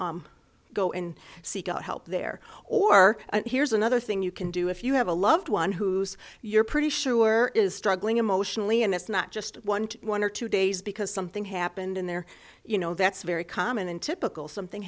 go and seek help there or here's another thing you can do if you have a loved one who's you're pretty sure is struggling emotionally and it's not just one to one or two days because something happened in there you know that's very common in typical something